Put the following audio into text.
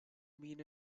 mean